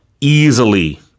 easily